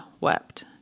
wept